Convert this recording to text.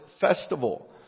festival